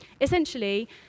Essentially